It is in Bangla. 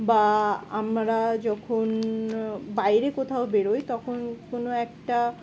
বা আমরা যখন বাইরে কোথাও বেরোই তখন কোনো একটা